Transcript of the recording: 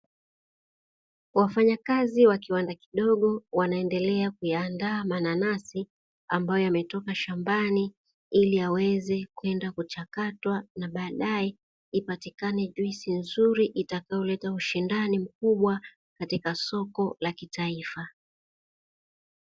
Wafanyakazi wa kiwanda kidogo wanaendelea kuyaandaa mananasi ambayo yametoka shambani ili yaweze kwenda kuchakatwa na baadae ipatikane juisi nzuri itakayoleta ushindani mkubwa katika soko la kitaifa.